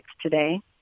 today